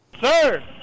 Sir